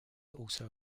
also